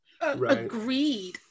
agreed